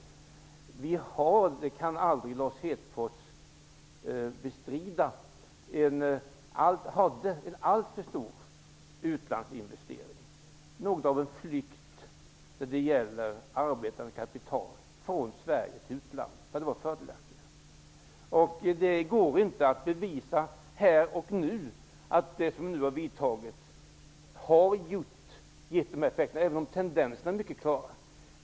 Lars Hedfors kan aldrig bestrida att det tidigare var alltför mycket utlandsinvesteringar. Det var något av en flykt i fråga om arbetande kapital från Sverige till utlandet -- det var fördelaktigare. Det går inte att bevisa här och nu att vidtagna åtgärder har gett dessa effekter -- även om tendenserna är mycket klara.